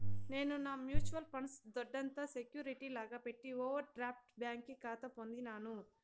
నేను నా mutual funds దొడ్డంత సెక్యూరిటీ లాగా పెట్టి ఓవర్ డ్రాఫ్ట్ బ్యాంకి కాతా పొందినాను